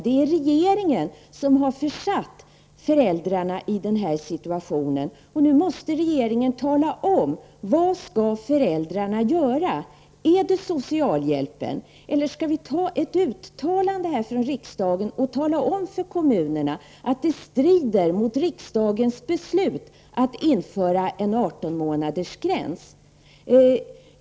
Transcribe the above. Det är regeringen som har försatt föräldrarna i den här situationen, och nu måste regeringen tala om vad föräldrarna skall göra. Skall de ta socialhjälp? Eller skall vi här i riksdagen tala om för kommunerna att det strider mot riksdagens beslut att införa en artonmånadersgräns?